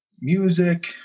music